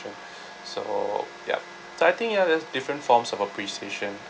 so ya so I think ya there's different forms of appreciation